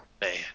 Man